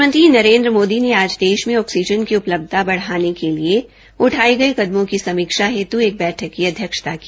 प्रधानमंत्री नरेन्द्र ने आज देश में ऑक्सीजन की उपलब्यता बढाने के लिए उठाए गए कदमों की समीक्षा हेतु एक बैठक की अध्यक्षता की